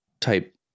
type